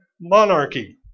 monarchy